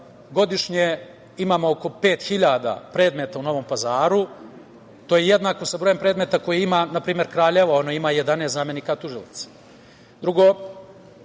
godišnje imamo oko 5.000 predmeta u Novom Pazaru. To je jednako sa brojem predmeta koje ima npr. Kraljevo. Ono ima 11 zamenika tužilaca. Drugo,